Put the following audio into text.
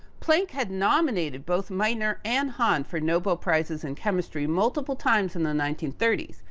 planck had nominated both meitner and hahn, for nobel prizes in chemistry multiple times in the nineteen thirty s.